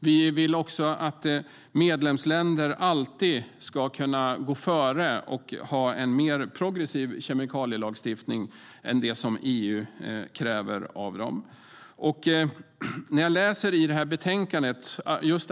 Vi vill även att medlemsländer alltid ska kunna gå före och ha en mer progressiv kemikalielagstiftning än EU kräver av dem.